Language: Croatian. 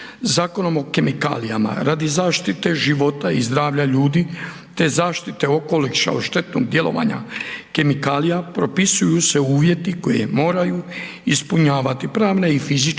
Zakonom o kemikalijama radi zaštite života i zdravlja ljudi, te zaštite okoliša od štetnog djelovanja kemikalija propisuju se uvjeti koje moraju ispunjavati pravne i fizičke